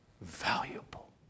valuable